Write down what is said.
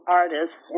artists